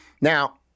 Now